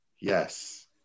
Yes